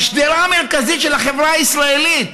השדרה המרכזית של החברה הישראלית,